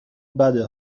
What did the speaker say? بده